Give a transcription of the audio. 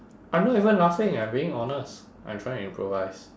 I'm not even laughing I'm being honest I'm trying to improvise